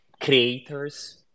creators